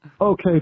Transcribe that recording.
okay